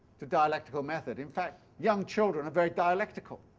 to dialectical method. in fact young children are very dialectical.